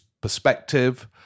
perspective